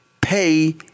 pay